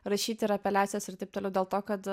rašyti ir apeliacijas ir taip toliau dėl to kad